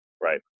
right